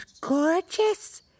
gorgeous